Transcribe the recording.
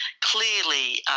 clearly